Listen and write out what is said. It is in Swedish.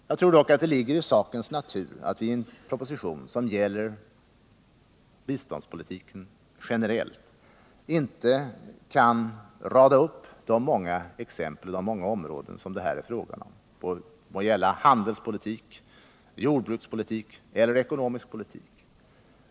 Jag tror dock att det ligger i sakens natur att man i en proposition som gäller biståndspolitiken generellt inte kan rada upp de många områden som det här är fråga om, det må gälla handelspolitik, jordbrukspolitik eller ekonomisk politik.